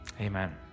Amen